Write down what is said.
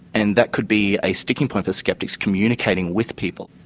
and that could be a sticking point for skeptics communicating with people?